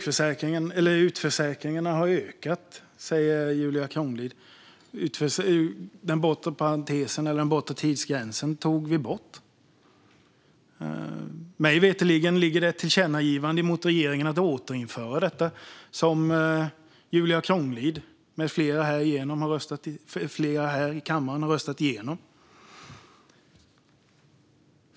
Fru talman! Utförsäkringarna har ökat, säger Julia Kronlid, och den bortre tidsgränsen tog vi bort. Mig veterligen ligger det ett tillkännagivande till regeringen att återinföra den, som Julia Kronlid med flera här i kammaren har röstat igenom.